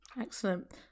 excellent